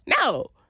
No